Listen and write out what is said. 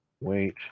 wait